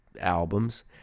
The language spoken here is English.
albums